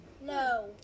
No